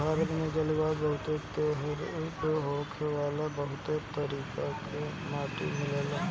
भारत में जलवायु बहुत तरेह के होखला से बहुत तरीका के माटी मिलेला